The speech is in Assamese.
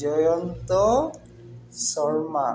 জয়ন্ত শৰ্মা